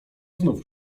znów